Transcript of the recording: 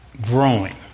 growing